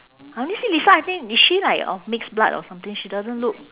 I only see lisa I think is she like of mixed blood or something she doesn't look